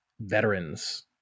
veterans